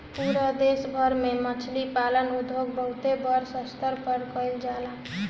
पूरा देश भर में मछरी पालन उद्योग बहुते बड़ स्तर पे कईल जाला